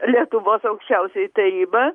lietuvos aukščiausioji taryba